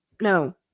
No